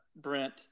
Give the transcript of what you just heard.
Brent